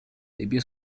debió